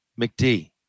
McD